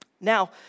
Now